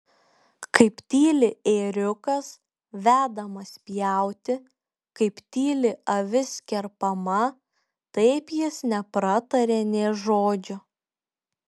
kaip tyli ėriukas vedamas pjauti kaip tyli avis kerpama taip jis nepratarė nė žodžio